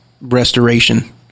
Restoration